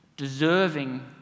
deserving